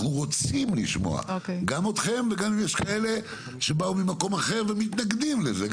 אנחנו רוצים לשמוע אתכם ואם יש כאלה שבאו ממקום אחר ומתנגדים לזה,